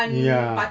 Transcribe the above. ya